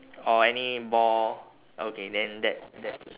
or any ball okay then that that's